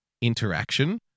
interaction